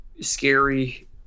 scary